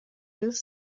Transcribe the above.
this